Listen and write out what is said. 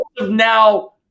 Now